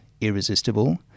irresistible